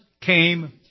came